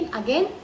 again